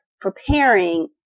preparing